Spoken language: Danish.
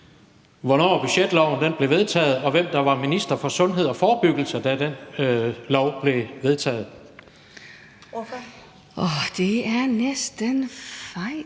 hvornår budgetloven blev vedtaget, og hvem der var minister for sundhed og forebyggelse, da den lov blev vedtaget. Kl. 20:33 Første næstformand